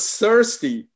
thirsty